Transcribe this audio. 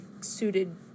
suited